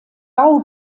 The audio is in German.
bau